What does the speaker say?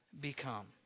become